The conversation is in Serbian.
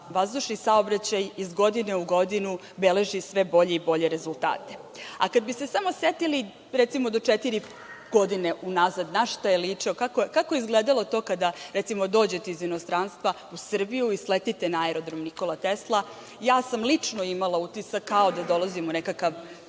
vazdušni saobraćaj iz godine u godinu beleži sve bolje i bolje rezultate. Kad bi se samo setili, recimo, do četiri godine unazad na šta je ličio, kako je izgledalo to kada, recimo, dođete iz inostranstva u Srbiju i sletite na aerodrom „Nikola Tesla“. Ja sam lično imala utisak kao da dolazim u nekakav